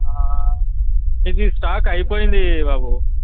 ఇది స్టాక్ అయిపోయింది బాబు